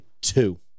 two